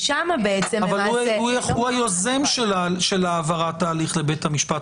אבל הוא היוזם של העברת ההליך לבית המשפט.